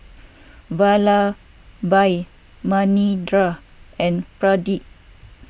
Vallabhbhai Manindra and Pradip